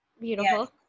beautiful